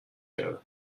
کردم